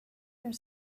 their